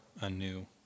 anew